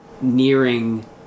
nearing